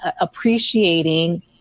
appreciating